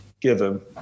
given